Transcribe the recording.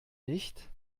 nicht